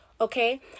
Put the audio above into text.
okay